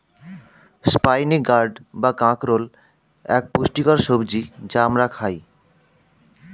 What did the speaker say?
spiny gourd বা কাঁকরোল এক পুষ্টিকর সবজি যা আমরা খাই